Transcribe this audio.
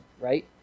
right